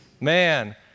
Man